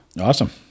Awesome